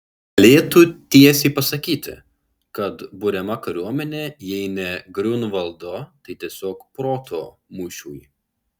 galėtų tiesiai pasakyti kad buriama kariuomenė jei ne griunvaldo tai tiesiog proto mūšiui